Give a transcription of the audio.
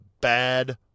Bad